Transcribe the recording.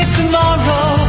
tomorrow